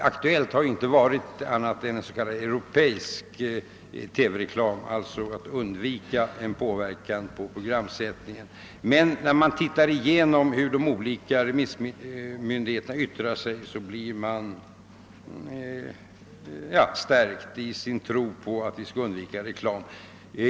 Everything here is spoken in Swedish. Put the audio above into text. Det har inte varit aktuellt med något annat än europeisk TV reklam, alltså att undvika en påverkan på programsättningen. När man studerar de olika remissinstansernas yttranden blir man stärkt i sin tro på att vi bör undvika reklam.